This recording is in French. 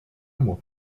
mois